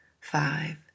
five